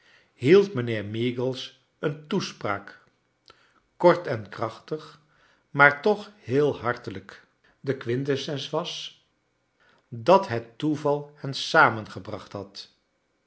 hield mijnheer meagles een toespraak kort en krachtig maar toch heel hartelijk de quintessens was dau het toeval hen samengebracht had